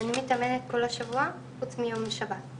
אני מתאמנת כל השבוע חוץ מיום שבת.